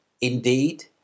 Indeed